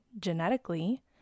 genetically